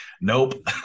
nope